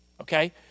okay